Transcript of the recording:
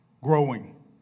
growing